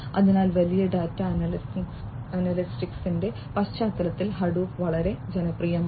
അതിനാൽ വലിയ ഡാറ്റാ അനലിറ്റിക്സിന്റെ പശ്ചാത്തലത്തിൽ ഹഡൂപ്പ് വളരെ ജനപ്രിയമാണ്